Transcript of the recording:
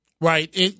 Right